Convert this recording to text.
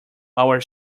our